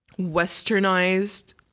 westernized